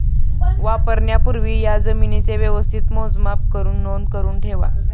वापरण्यापूर्वी या जमीनेचे व्यवस्थित मोजमाप करुन नोंद करुन ठेवा